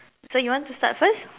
so you want to start first